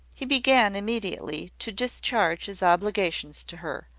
he began immediately to discharge his obligations to her,